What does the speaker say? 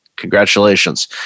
congratulations